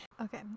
Okay